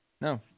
No